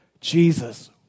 Jesus